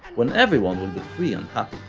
when everyone will be free and happy.